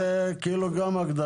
זו גם הגדרה